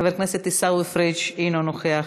חבר הכנסת עיסאווי פריג' אינו נוכח,